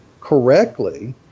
correctly